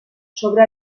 sobre